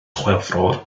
chwefror